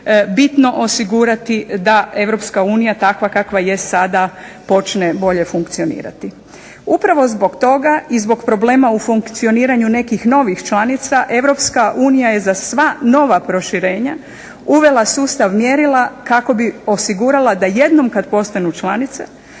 bitno osigurati da Europska unija takva kakva jest sada počne bolje funkcionirati. Upravo zbog toga i zbog problema u funkcioniranju nekih novih članica Europska unija je za sva nova proširenja uvela sustav mjerila kako bi osigurala da jednom kad postanu članice